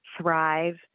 thrive